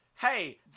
hey